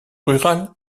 rural